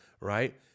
right